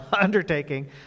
undertaking